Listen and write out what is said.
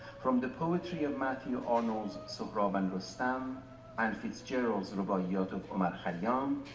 from the poetry of matthew arnold's so shohrab and rustum and fitzgerald's rubaiyat of omar khayyam,